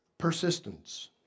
Persistence